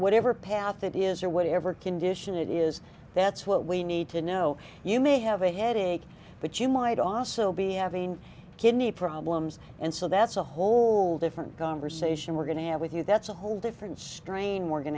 whatever path it is or whatever condition it is that's what we need to know you may have a headache but you might also be having kidney problems and so that's a whole different conversation we're going to have with you that's a whole different strain we're going